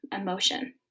emotion